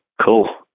Cool